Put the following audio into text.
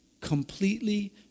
Completely